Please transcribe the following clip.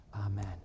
Amen